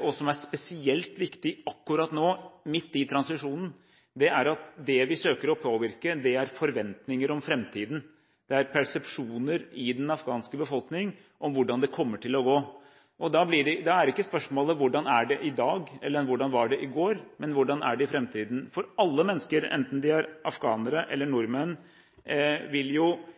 og som er spesielt viktig akkurat nå, midt i transisjonen, er at det vi søker å påvirke, er forventninger om fremtiden. Det er persepsjoner i den afghanske befolkning om hvordan det kommer til å gå. Da er ikke spørsmålet hvordan det er i dag, hvordan det var i går, men hvordan det er i fremtiden. For hva er fred på en måte? Alle mennesker, enten de er afghanere eller nordmenn, vil jo